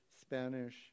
Spanish